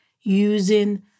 using